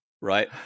right